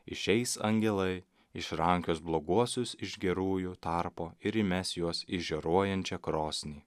išeis angelai išrankios bloguosius iš gerųjų tarpo ir įmes juos į žioruojančią krosnį